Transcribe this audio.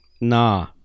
Nah